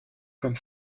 comme